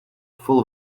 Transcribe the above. full